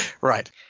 Right